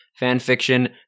fanfiction